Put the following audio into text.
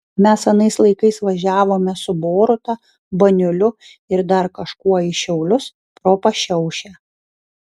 mes anais laikais važiavome su boruta baniuliu ir dar kažkuo į šiaulius pro pašiaušę